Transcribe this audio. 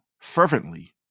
fervently